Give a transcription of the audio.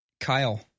Kyle